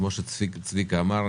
כפי שצביקה אמר,